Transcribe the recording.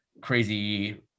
crazy